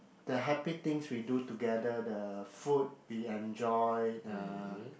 the happy things we do together the food we enjoy the